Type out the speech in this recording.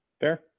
Fair